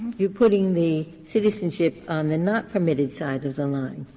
you're putting the citizenship on the not permitted side of the line.